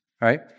right